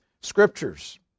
Scriptures